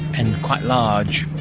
and quite large.